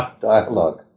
dialogue